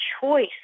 choice